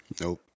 Nope